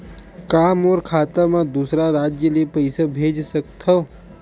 का मोर खाता म दूसरा राज्य ले पईसा भेज सकथव?